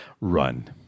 Run